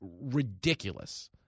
ridiculous